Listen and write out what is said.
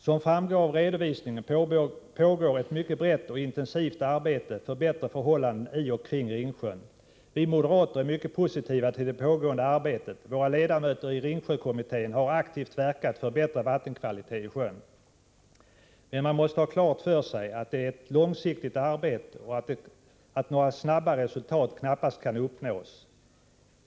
Som framgår av redovisningen pågår ett mycket brett och intensivt arbete för bättre förhållanden i och kring Ringsjön. Vi moderater är mycket positiva till det pågående arbetet. Våra ledamöter i Ringsjökommittén har aktivt verkat för bättre vattenkvalitet i sjön. Men man måste ha klart för sig att det är ett långsiktigt arbete och att några snabba resultat knappast kan uppnås.